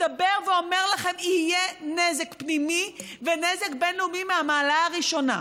מדבר ואומר לכם: יהיה נזק פנימי ונזק בין-לאומי מהמעלה הראשונה,